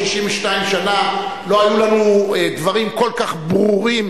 62 שנה לא היו לנו דברים כל כך ברורים